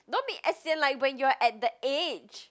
don't be as in like when you're at that age